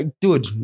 dude